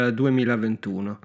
2021